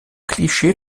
klischee